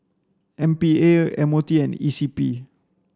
M P A M O T and E C P